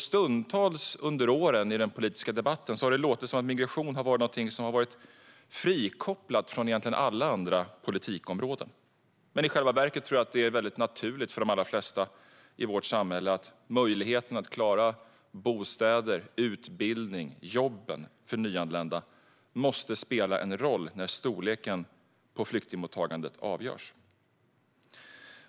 Stundtals under åren i den politiska debatten har det låtit som att migration har varit något som varit frikopplat från alla andra politikområden. Men i själva verket är det för de allra flesta människor i vårt samhälle väldigt naturligt att möjligheterna att klara bostäder, utbildning och jobb för nyanlända måste spela roll när storleken på flyktingmottagandet avgörs.